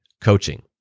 coaching